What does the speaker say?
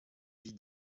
vie